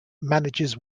manages